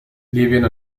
libyen